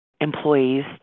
employees